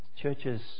Churches